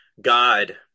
God